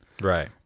Right